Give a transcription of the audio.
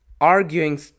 arguing